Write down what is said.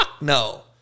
no